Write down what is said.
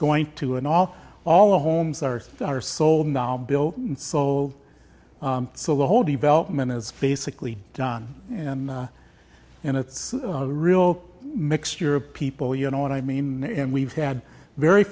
going to and all all of homes are are sold now bill and so so the whole development is basically done and and it's a real mixture of people you know what i mean and we've had very